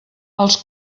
els